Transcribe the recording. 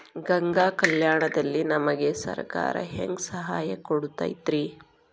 ಗಂಗಾ ಕಲ್ಯಾಣ ದಲ್ಲಿ ನಮಗೆ ಸರಕಾರ ಹೆಂಗ್ ಸಹಾಯ ಕೊಡುತೈತ್ರಿ?